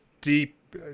deep